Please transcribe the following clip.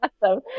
awesome